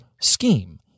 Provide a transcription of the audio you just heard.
scheme